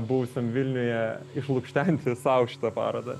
buvusiam vilniuje išlukštenti sau šitą parodą